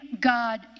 God